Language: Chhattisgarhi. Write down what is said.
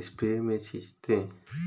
इस्परे मे छींचथें